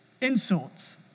Insults